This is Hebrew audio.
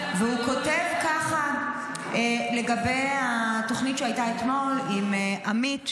והוא כותב ככה לגבי התוכנית שהייתה אתמול עם עמית,